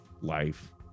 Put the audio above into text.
life